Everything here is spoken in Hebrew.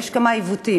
יש כמה עיוותים.